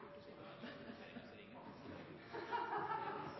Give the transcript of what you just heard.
til å sitte